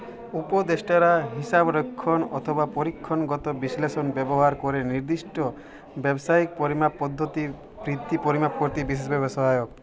উপদেষ্টারা হিসাবরক্ষণ অথবা পরিসংখ্যানগত বিশ্লেষণ ব্যবহার করে নির্দিষ্ট ব্যবসায়িক পরিমাপ পদ্ধতির বৃদ্ধি পরিমাপ করতে বিশেষভাবে সহায়ক